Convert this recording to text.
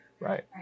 Right